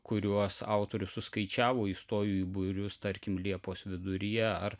kuriuos autorius suskaičiavo įstojo į būrius tarkim liepos viduryje ar